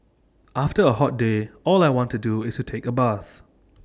after A hot day all I want to do is take A bath